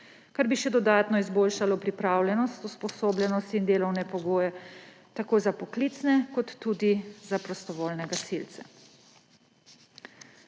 kar bi še dodatno izboljšalo pripravljenost, usposobljenost in delovne pogoje tako za poklicne kot tudi za prostovoljne gasilce.